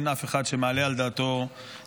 אין אף אחד שמעלה על דעתו אחרת.